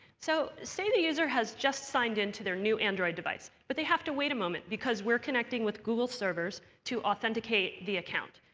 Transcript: so say the user has just signed in to their new android device, but they have to wait a moment because we're connecting with google servers to authenticate the account.